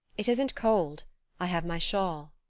it isn't cold i have my shawl.